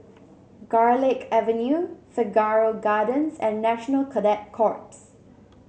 Garlick Avenue Figaro Gardens and National Cadet Corps